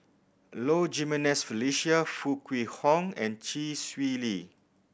Low Jimenez Felicia Foo Kwee Horng and Chee Swee Lee